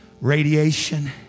radiation